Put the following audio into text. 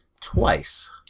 Twice